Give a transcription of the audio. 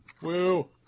Woo